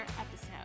episode